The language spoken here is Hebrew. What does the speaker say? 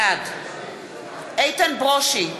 בעד איתן ברושי,